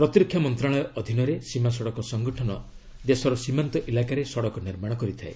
ପ୍ରତିରକ୍ଷା ମନ୍ତ୍ରଣାଳୟ ଅଧୀନରେ ସୀମା ସଡ଼କ ସଂଗଠନ ଦେଶର ସୀମାନ୍ତ ଇଲାକାରେ ସଡ଼କ ନିର୍ମାଣ କରିଥାଏ